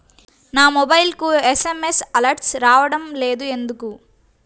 నా మొబైల్కు SMS alerts రావడం లేదు ఎందుకు?